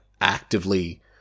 actively